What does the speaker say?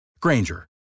Granger